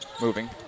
Moving